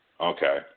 Okay